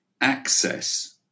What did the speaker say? access